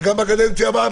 וגם בקדנציה הבאה,